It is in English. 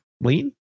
Lean